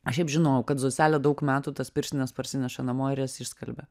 aš šiaip žinojau kad zoselė daug metų tas pirštines parsineša namo ir jas išskalbia